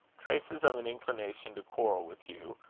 traces of an inclination to quarrel with hugh,